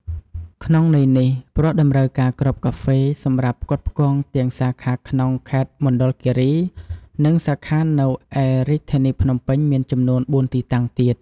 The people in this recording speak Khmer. ក្នុងន័យនេះ ព្រោះតម្រូវការគ្រាប់កាហ្វេសម្រាប់ផ្គត់ផ្គង់ទាំងសាខាក្នុងខេត្តមណ្ឌលគិរី និងសាខានៅឯរាជធានីភ្នំពេញមានចំនួន៤ទីតាំងទៀត។